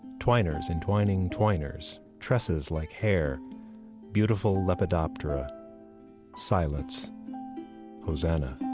twiners entwining twiners tresses like hair beautiful lepidoptera silence hosannah.